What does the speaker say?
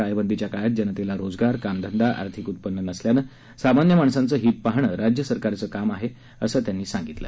टाळेबंदीच्या काळात जनतेला रोजगार काम धंदा आर्थिक उत्पन्न नसल्यानं सामान्य माणसांचे हित पाहणे राज्य सरकारचं काम आहे असं ते म्हणाले